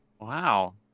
Wow